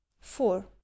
four